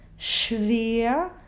schwer